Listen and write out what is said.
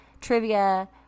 trivia